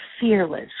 fearless